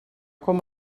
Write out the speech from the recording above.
com